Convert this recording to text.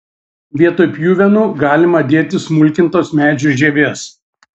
vietoj pjuvenų galima dėti smulkintos medžių žievės